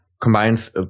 combines